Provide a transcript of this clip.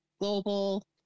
Global